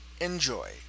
enjoy